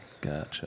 gotcha